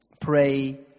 pray